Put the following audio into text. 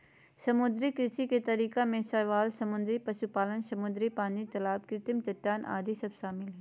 समुद्री कृषि के तरीका में शैवाल समुद्री पशुपालन, समुद्री पानी, तलाब कृत्रिम चट्टान आदि सब शामिल हइ